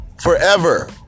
forever